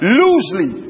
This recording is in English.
loosely